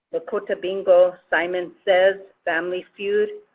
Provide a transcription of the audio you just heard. lakota bingo. simon says. family feud.